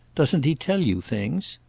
doesn't he tell you things?